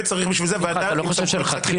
וצריך בשביל זה ועדה --- אתה לא חושב שמלכתחילה